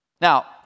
Now